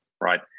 right